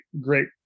great